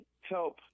help